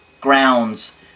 grounds